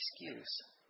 excuse